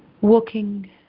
walking